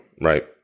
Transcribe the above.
Right